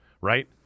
right